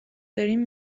داریم